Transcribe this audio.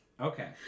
Okay